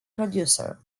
producer